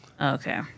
Okay